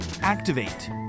Activate